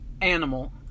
animal